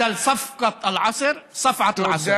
(אומר בערבית: במקום עסקת העשור, סטירת העשור.